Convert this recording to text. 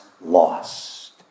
lost